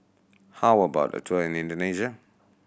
how about a tour in Indonesia